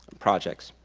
projects.